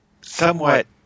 somewhat